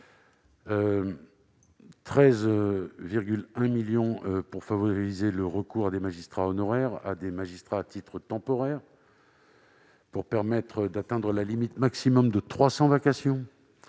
13,1 millions d'euros pour favoriser le recours à des magistrats honoraires, à des magistrats à titre temporaire, et ainsi atteindre la limite maximale de 300 vacations